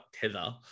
Tether